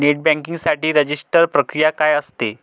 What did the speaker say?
Net banking साठी register प्रक्रिया काय असते?